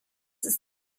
ist